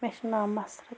مےٚ چھِ ناو مَسرت